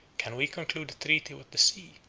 can we conclude a treaty with the sea?